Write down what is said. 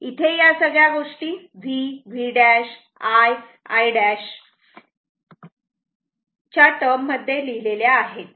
इथे या सगळ्या गोष्टी v v' i आणि i' च्या टर्म मध्ये लिहिल्या आहेत